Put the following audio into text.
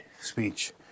speech